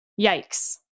yikes